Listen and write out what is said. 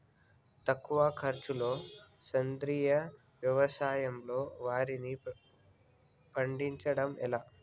తక్కువ ఖర్చుతో సేంద్రీయ వ్యవసాయంలో వారిని పండించడం ఎలా?